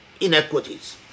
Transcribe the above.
inequities